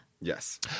Yes